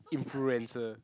influencer